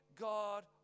God